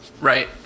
Right